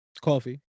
coffee